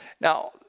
Now